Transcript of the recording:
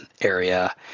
Area